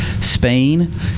Spain